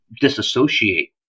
disassociate